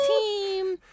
team